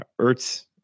Ertz